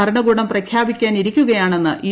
ഭരണകൂടം പ്രഖ്യാപിക്കാനിരിക്കുകയാണെന്ന് യു